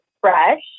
fresh